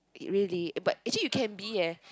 really but actually you can be eh